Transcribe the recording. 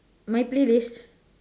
my playlist